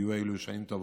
היו אלה שנים טובות.